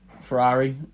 Ferrari